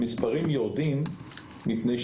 אני גם יושב-ראש מרכז פרס לשלום ולחדשנות,